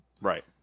Right